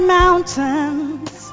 mountains